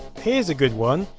here's a good one,